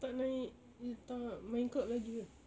tak naik eh tak main club lagi ke